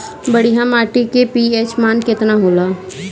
बढ़िया माटी के पी.एच मान केतना होला?